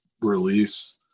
release